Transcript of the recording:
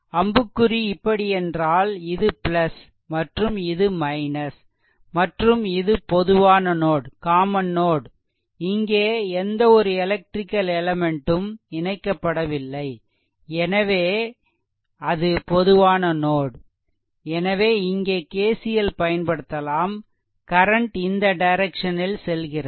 அம்புக்குறி இப்படி என்றால் இது மற்றும் இது மற்றும் இது பொதுவான நோட் இங்கே எந்த ஒரு எலெக்ட்ரிக்கல் எலெமென்ட்டும் இணைக்கப்படவில்லை எனவே அது பொதுவான நோட் எனவே இங்கே KCL பயன்படுத்தலாம் கரண்ட் இந்த டைரெக்சனில் செல்கிறது